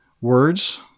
words